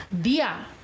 Dia